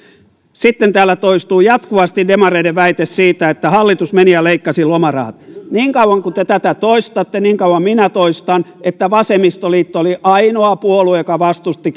sitten täällä toistuu jatkuvasti demareiden väite siitä että hallitus meni ja leikkasi lomarahat niin kauan kuin te tätä toistatte niin kauan minä toistan että vasemmistoliitto oli ainoa puolue joka vastusti